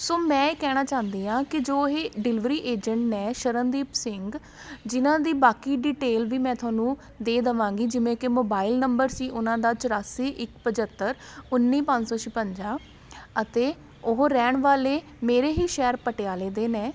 ਸੋ ਮੈਂ ਇਹ ਕਹਿਣਾ ਚਾਹੁੰਦੀ ਹਾਂ ਕਿ ਜੋ ਇਹ ਡਿਲਵਰੀ ਏਜੰਟ ਨੇ ਸ਼ਰਨਦੀਪ ਸਿੰਘ ਜਿਹਨਾਂ ਦੀ ਬਾਕੀ ਡਿਟੇਲ ਵੀ ਮੈਂ ਤੁਹਾਨੂੰ ਦੇ ਦੇਵਾਂਗੀ ਜਿਵੇਂ ਕਿ ਮੋਬਾਇਲ ਨੰਬਰ ਸੀ ਉਹਨਾਂ ਦਾ ਚੁਰਾਸੀ ਇੱਕ ਪੰਝੱਤਰ ਉੱਨੀ ਪੰਜ ਸੋ ਛਿਵੰਜਾ ਅਤੇ ਉਹ ਰਹਿਣ ਵਾਲੇ ਮੇਰੇ ਹੀ ਸ਼ਹਿਰ ਪਟਿਆਲੇ ਦੇ ਨੇ